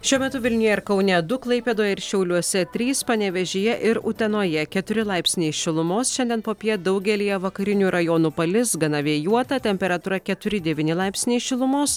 šiuo metu vilniuje ir kaune du klaipėdoje ir šiauliuose trys panevėžyje ir utenoje keturi laipsniai šilumos šiandien popiet daugelyje vakarinių rajonų palis gana vėjuota temperatūra keturi devyni laipsniai šilumos